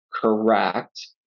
correct